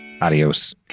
Adios